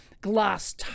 glass